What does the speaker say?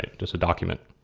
just a document.